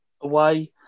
Away